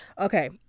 Okay